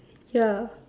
ya